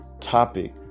topic